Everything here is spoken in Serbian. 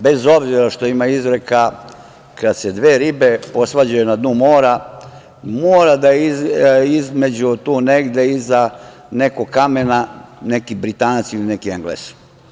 Bez obzira što ima izreka - kad se dve ribe posvađaju na dnu mora, mora da je između tu negde iza nekog kamena neki Britanac ili neki Englez.